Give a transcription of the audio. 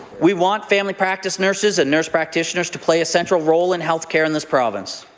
we want family practice nurses and nurse practitioners to play a central role in health care in this province.